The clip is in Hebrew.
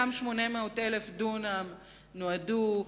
אותם 800,000 דונם נועדו,